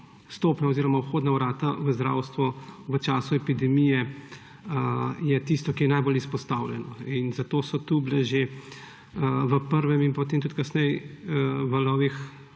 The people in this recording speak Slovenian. vstopna oziroma vhodna vrata v zdravstvo v času epidemije tisto, ki je najbolj izpostavljeno. Zato so tukaj bile že v prvem valu in potem tudi v kasnejših